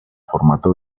formato